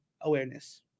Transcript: awareness